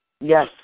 Yes